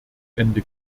ende